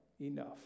enough